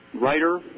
writer